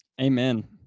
Amen